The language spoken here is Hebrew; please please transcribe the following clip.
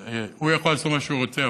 הוא יכול לעשות מה שהוא רוצה,